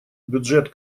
бюджет